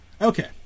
okay